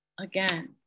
again